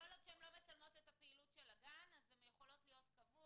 כל עוד שהן לא מצלמות את הפעילות של הגן אז הן יכולות להיות קבוע.